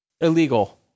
illegal